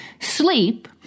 sleep